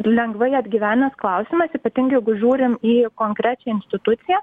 lengvai atgyvenęs klausimas ypatingai žiūrim į konkrečią instituciją